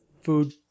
food